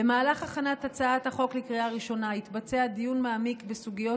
במהלך הכנת הצעת החוק לקריאה ראשונה יתבצע דיון מעמיק בסוגיות